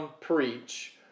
preach